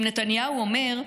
אם נתניהו אומר,